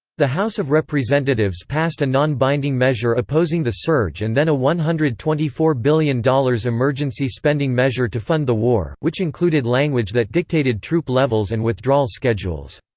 the house of representatives passed a non-binding measure opposing the surge and then a one hundred and twenty four billion dollars emergency spending measure to fund the war, which included language that dictated troop levels and withdrawal schedules.